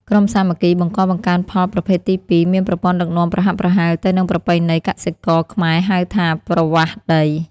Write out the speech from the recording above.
ក្រុមសាមគ្គីបង្កបង្កើនផលប្រភេទទី២ មានប្រព័ន្ធដឹកនាំប្រហាក់ប្រហែលទៅនឹងប្រពៃណីកសិករខ្មែរហៅថា "ប្រវាសដី"។